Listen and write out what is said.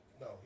No